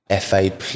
FA